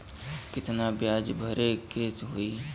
कितना ब्याज भरे के होई?